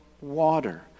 water